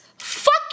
Fuck